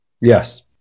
Yes